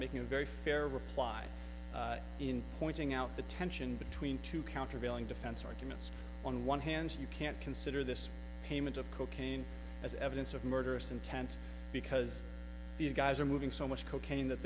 making a very fair reply in pointing out the tension between two countervailing defense arguments on one hand you can't consider this payment of cocaine as evidence of murderous intent because these guys are moving so much cocaine that